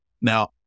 Now